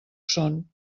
són